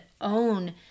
own